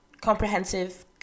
comprehensive